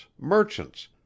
merchants